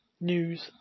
News